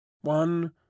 One